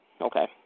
Okay